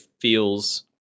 feels